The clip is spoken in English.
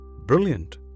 brilliant